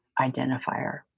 identifier